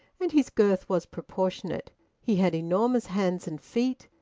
and his girth was proportionate he had enormous hands and feet,